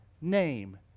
name